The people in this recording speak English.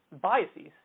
biases